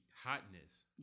hotness